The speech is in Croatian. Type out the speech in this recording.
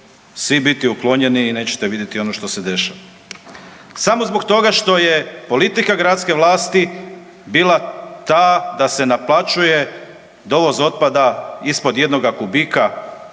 svi biti uklonjeni i nećete vidjeti ono što se dešava. Samo zbog toga što je politika gradske vlasti bila ta da se naplaćuje dovoz otpada ispod jednoga kubika